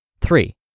Three